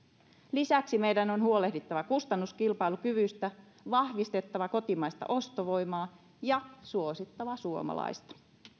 lisäksi meidän on huolehdittava kustannuskilpailukyvystä vahvistettava kotimaista ostovoimaa ja suosittava suomalaista